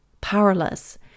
powerless